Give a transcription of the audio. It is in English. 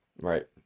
Right